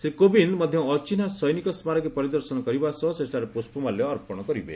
ଶ୍ରୀ କୋବିନ୍ଦ ମଧ୍ୟ ଅଚିହ୍ନା ସୈନିକ ସ୍କାରକୀ ପରିଦର୍ଶନ କରିବା ସହ ସେଠାରେ ପୁଷ୍ପମାଲ୍ୟ ଅର୍ପଣ କରିବେ